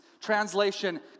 Translation